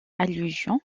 allusions